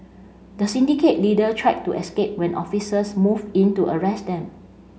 the syndicate leader tried to escape when officers moved in to arrest them